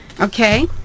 Okay